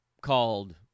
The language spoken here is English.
called